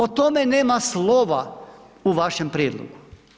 O tome nema slova u vašem prijedlogu.